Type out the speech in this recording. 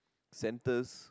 centres